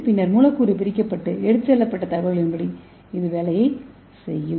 பின்னர் மூலக்கூறு பிரிக்கப்பட்டு எடுத்துச் செல்லப்பட்ட தகவல்களின்படி அது வேலையைச் செய்யும்